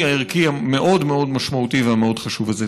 הערכי המאוד-מאוד משמעותי והמאוד-חשוב הזה.